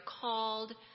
called